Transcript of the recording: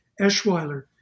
Eschweiler